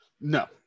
no